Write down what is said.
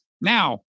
Now